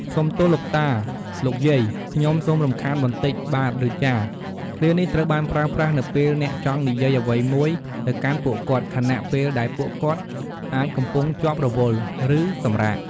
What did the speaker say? សូមទោសលោកតា/លោកយាយ ខ្ញុំសូមរំខានបន្តិចបាទ ឬ ចាស ឃ្លានេះត្រូវបានប្រើប្រាស់នៅពេលអ្នកចង់និយាយអ្វីមួយទៅកាន់ពួកគាត់ ខណៈពេលដែលពួកគាត់អាចកំពុងជាប់រវល់ ឬសម្រាក។